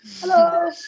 Hello